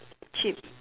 chip